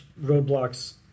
roadblocks